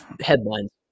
headlines